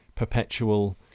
perpetual